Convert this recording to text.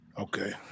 Okay